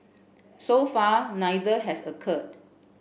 so far neither has occurred